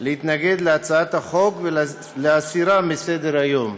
להתנגד להצעת החוק ולהסירה מסדר-היום.